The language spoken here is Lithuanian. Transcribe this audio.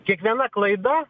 kiekviena klaida